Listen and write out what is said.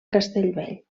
castellvell